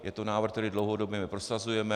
Je to návrh, který dlouhodobě my prosazujeme.